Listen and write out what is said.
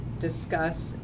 discuss